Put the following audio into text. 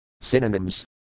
Synonyms